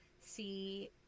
see